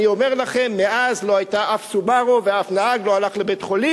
אני אומר לכם שמאז לא היתה אף "סובארו" ואף נהג לא הלך לבית-חולים,